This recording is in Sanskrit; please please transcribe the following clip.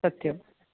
सत्यम्